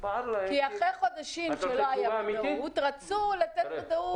כי אחרי חודשים שלא הייתה ודאות, רצו לתת ודאות.